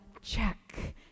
check